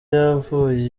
yavuye